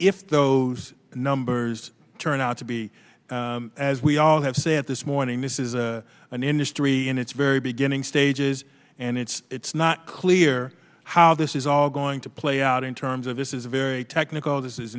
if those numbers turn out to be as we all have said this morning this is an industry in its very beginning stages and it's it's not clear how this is all going to play out in terms of this is a very technical this is